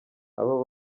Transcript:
abo